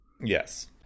Yes